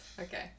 Okay